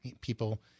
people